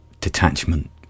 detachment